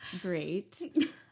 great